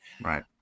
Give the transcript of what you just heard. Right